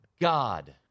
God